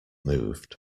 moved